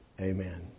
Amen